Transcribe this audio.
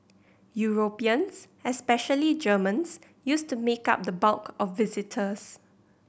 Europeans especially Germans used to make up the bulk of visitors